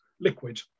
liquid